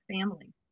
family